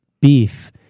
beef